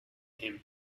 him